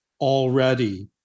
already